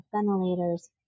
ventilators